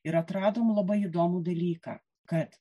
ir atradom labai įdomų dalyką kad